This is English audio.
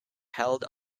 held